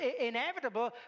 inevitable